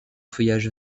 feuillage